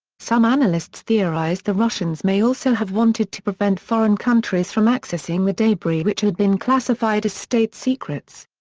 some analysts theorized the russians may also have wanted to prevent foreign countries from accessing the debris which had been classified as state secrets.